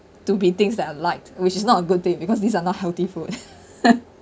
to be things that I like which is not a good thing because these are not healthy food